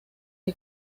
que